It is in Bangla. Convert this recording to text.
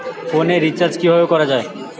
ফোনের রিচার্জ কিভাবে করা যায়?